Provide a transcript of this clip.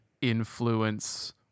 influence